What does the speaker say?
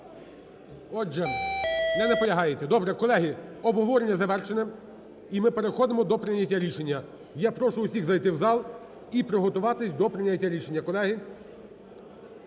Отже, не наполягаєте, добре. Колеги, обговорення завершене і ми переходимо до прийняття рішення. Я прошу всіх зайти у зал і приготуватись до прийняття рішення, колеги.